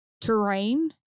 terrain